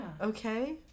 Okay